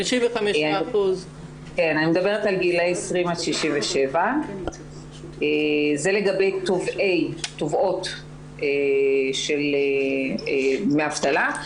אני מדברת על גילאי 20 עד 67. זה לגבי תובעות של דמי אבטלה.